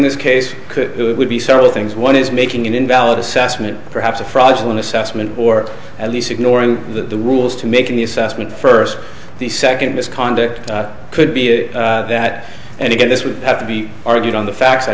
this case could be several things one is making an invalid assessment perhaps a fraudulent assessment or at least ignoring the rules to making the assessment first the second misconduct could be that and again this would have to be argued on the facts i